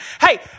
Hey